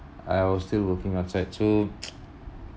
I was still working outside so